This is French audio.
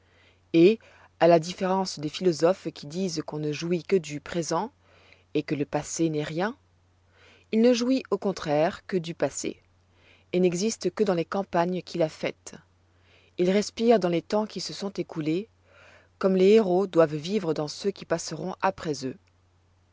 et à la différence de ces philosophes qui disent qu'on ne jouit que du présent et que le passé n'est rien il ne jouit au contraire que du passé et n'existe que dans les campagnes qu'il a faites il respire dans les temps qui se sont écoulés comme les héros doivent vivre dans ceux qui passeront après eux